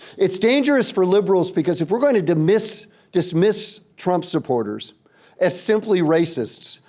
it's dangerous for liberals, because if we're gonna dismiss dismiss trump supporters as simply racists,